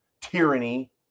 tyranny